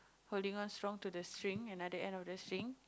holding on strong to the string another end of the string